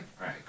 right